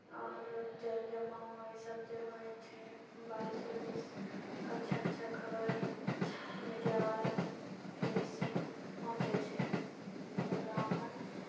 आओर जल जमाव इसभ जे होइत छै बारिश वारिश अच्छा अच्छा खबर मीडियावालनकेसँ पहुँचि जाइत छै हमर गाँवमे